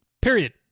period